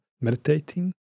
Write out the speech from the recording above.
meditating